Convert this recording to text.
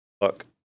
look